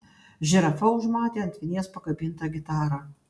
žirafa užmatė ant vinies pakabintą gitarą